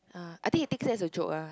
uh I think he take it as a joke ah